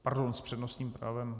Pardon, s přednostním právem...